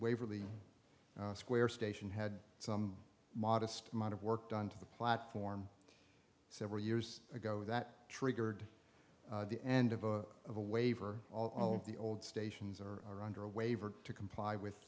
waverly square station had some modest amount of work done to the platform several years ago that triggered the end of a of a waiver all of the old stations are under a waiver to comply with